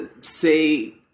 say